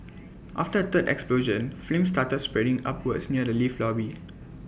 after A third explosion flames started spreading upwards near the lift lobby